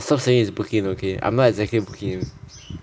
eh stop saying is booking in okay I'm not exactly booking in